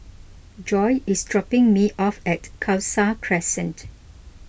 Joye is dropping me off at Khalsa Crescent